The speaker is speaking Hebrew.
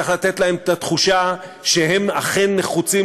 צריך לתת להם את התחושה שהם אכן נחוצים